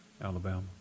Alabama